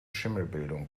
schimmelbildung